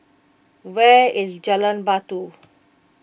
where is Jalan Batu